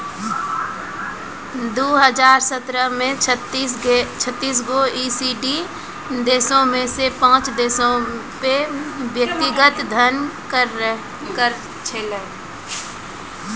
दु हजार सत्रह मे छत्तीस गो ई.सी.डी देशो मे से पांच देशो पे व्यक्तिगत धन कर छलै